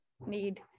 need